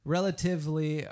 Relatively